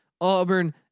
Auburn